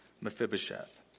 Mephibosheth